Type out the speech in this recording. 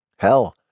Hell